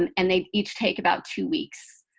and and they each take about two weeks.